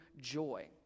joy